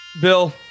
Bill